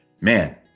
man